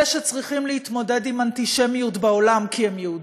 אלה שצריכים להתמודד עם אנטישמיות בעולם כי הם יהודים,